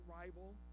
rival